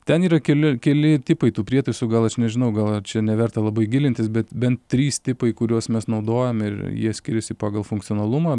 ten yra keli keli tipai tų prietaisų gal aš nežinau gal čia neverta labai gilintis bet bent trys tipai kuriuos mes naudojam ir jie skiriasi pagal funkcionalumą